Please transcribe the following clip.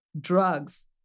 drugs